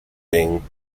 being